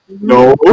No